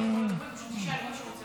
פשוט תשאל אם מישהו רוצה לדבר, בסדר?